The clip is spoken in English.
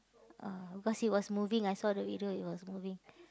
uh because he was moving I saw the video he was moving